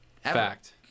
Fact